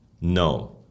No